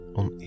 on